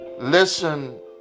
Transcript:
Listen